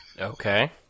Okay